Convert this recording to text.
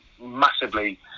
massively